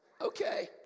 okay